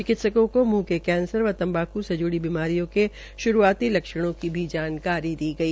चिकित्सकों को मुंह के कैंसर व तंबाकू से जुड़ी बीमारियों के श्रूआती लक्षणों की भी जानकारी दी गई